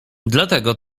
dlatego